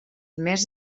més